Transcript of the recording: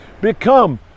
become